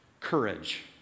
Courage